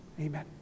Amen